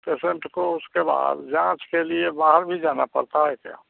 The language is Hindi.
पेसेंट को उसके बाद जाँच के लिए बाहर भी जाना पड़ता है क्या